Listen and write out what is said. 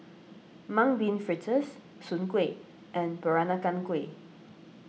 Mung Bean Fritters Soon Kuih and Peranakan Kueh